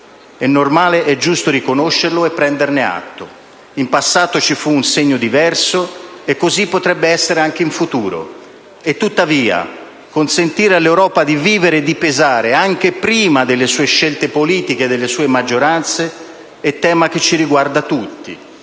è normale e giusto riconoscerlo e prenderne atto. In passato ci fu un segno diverso e così potrebbe essere anche in futuro. Tuttavia, consentire all'Europa di vivere e di pesare, anche prima delle sue scelte politiche e delle sue maggioranze, è tema che ci riguarda tutti,